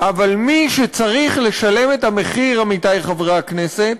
אבל מי שצריך לשלם את המחיר, עמיתי חברי הכנסת,